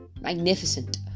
magnificent